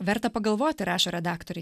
verta pagalvoti rašo redaktoriai